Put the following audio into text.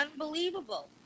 unbelievable